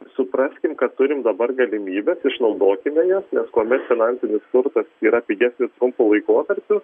supraskim kad turim dabar galimybes išnaudokime jas nes kuomet finansinis turtas yra pigesnis trumpu laikotarpiu